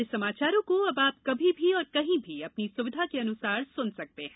हमारे समाचारों को अब आप कभी भी और कहीं भी अपनी सुविधा के अनुसार सुन सकते हैं